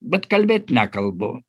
bet kalbėt nekalbu